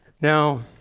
Now